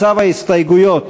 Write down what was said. מצב ההסתייגויות